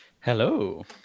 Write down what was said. hello